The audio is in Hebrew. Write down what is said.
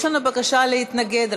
יש לנו בקשה להתנגד,